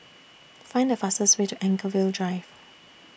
Find The fastest Way to Anchorvale Drive